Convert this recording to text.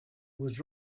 was